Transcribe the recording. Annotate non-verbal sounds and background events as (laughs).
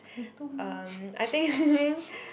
um I think (laughs)